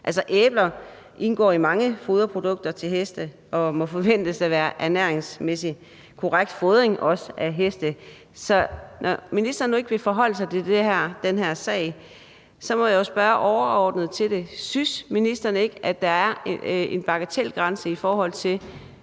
Æbler indgår i mange foderprodukter til heste og må ernæringsmæssigt forventes at være korrekt foder til heste. Så når ministeren nu ikke vil forholde sig til den her sag, må jeg jo spørge overordnet til det: Synes ministeren ikke, at der er en bagatelgrænse i forhold til